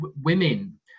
women